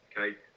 Okay